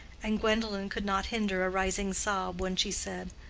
and gwendolen could not hinder a rising sob when she said,